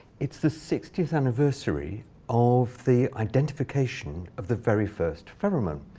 it's the sixtieth anniversary of the identification of the very first pheromone.